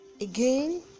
again